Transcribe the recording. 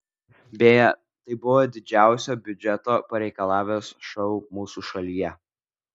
beje tai buvo didžiausio biudžeto pareikalavęs šou mūsų šalyje